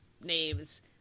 names